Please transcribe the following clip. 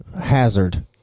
hazard